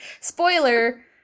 spoiler